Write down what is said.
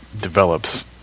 develops